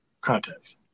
context